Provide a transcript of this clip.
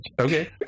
Okay